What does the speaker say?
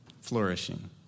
flourishing